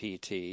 PT